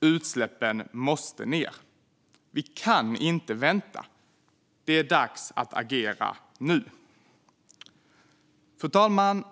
Utsläppen måste ned. Vi kan inte vänta. Det är dags att agera nu. Fru talman!